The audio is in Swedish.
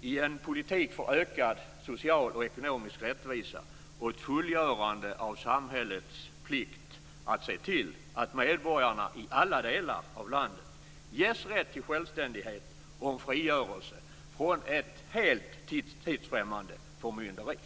i en politik för ökad social och ekonomisk rättvisa och ett fullgörande av samhällets plikt att se till att medborgarna i alla delar av landet ges rätt till självständighet och frigörelse från ett helt tidsfrämmande förmynderi.